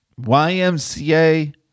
ymca